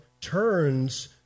turns